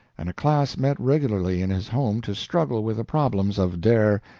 and a class met regularly in his home to struggle with the problems of der,